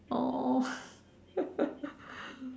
oh